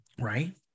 right